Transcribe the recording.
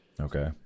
Okay